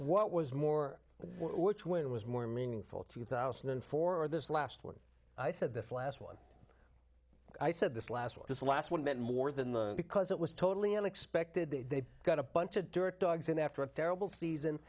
what was more which one was more meaningful two thousand and four this last one i said this last one i said this last week this last one meant more than the because it was totally unexpected they got a bunch of dirt dogs in after a terrible season